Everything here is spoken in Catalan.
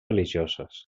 religioses